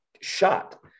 shot